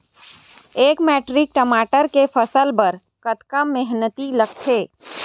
एक मैट्रिक टमाटर के फसल बर कतका मेहनती लगथे?